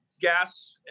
gas